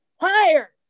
higher